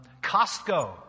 Costco